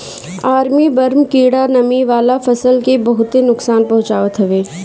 army worm कीड़ा नमी वाला फसल के बहुते नुकसान पहुंचावत हवे